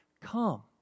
come